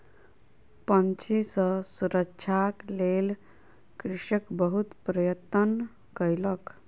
पक्षी सॅ सुरक्षाक लेल कृषक बहुत प्रयत्न कयलक